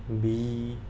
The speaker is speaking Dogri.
बीह्